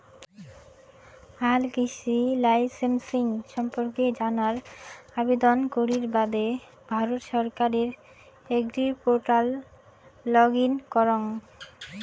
হালকৃষি লাইসেমসিং সম্পর্কে জানার আবেদন করির বাদে ভারত সরকারের এগ্রিপোর্টাল লগ ইন করঙ